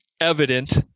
evident